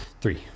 three